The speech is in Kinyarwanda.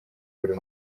buri